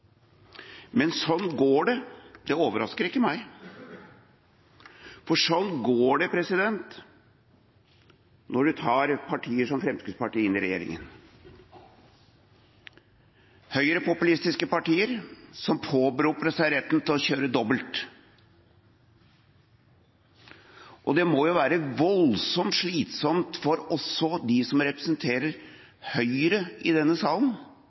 Men det overrasker ikke meg, for sånn går det når man tar partier som Fremskrittspartiet inn i regjeringa – høyrepopulistiske partier som påberoper seg retten til å kjøre dobbelt. Det må jo være voldsomt slitsomt også for dem som representerer Høyre i denne salen,